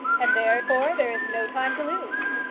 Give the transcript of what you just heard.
and therefore there is no time to lose.